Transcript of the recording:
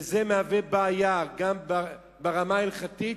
וזה מהווה בעיה, גם ברמה ההלכתית,